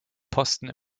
posten